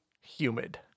humid